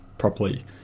properly